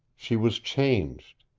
she was changed.